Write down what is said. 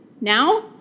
now